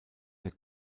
der